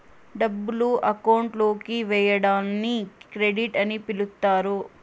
డబ్బులు అకౌంట్ లోకి వేయడాన్ని క్రెడిట్ అని పిలుత్తారు